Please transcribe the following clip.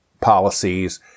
policies